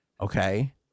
okay